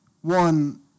One